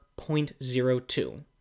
0.02